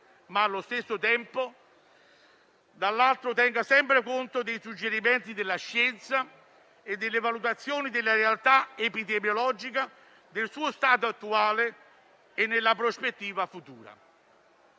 ma che - dall'altro - tenga sempre conto dei suggerimenti della scienza e delle valutazioni della realtà epidemiologica nel suo stato attuale e nella prospettiva futura.